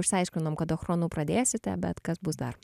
išsiaiškinom kad achronu pradėsite bet kas bus dar